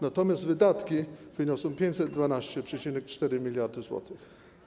Natomiast wydatki wyniosą 512,4 mld zł.